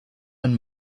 and